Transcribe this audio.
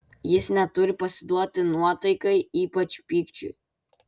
jis neturi pasiduoti nuotaikai ypač pykčiui